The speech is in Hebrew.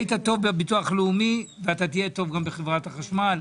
היית טוב בביטוח הלאומי ואתה תהיה טוב גם בחברת החשמל.